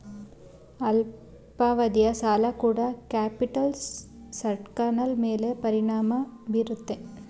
ಅಲ್ಪಾವಧಿಯ ಸಾಲ ಕೂಡ ಕ್ಯಾಪಿಟಲ್ ಸ್ಟ್ರಕ್ಟರ್ನ ಮೇಲೆ ಪರಿಣಾಮ ಬೀರುತ್ತದೆ